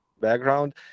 background